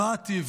שמעתי.